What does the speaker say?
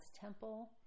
temple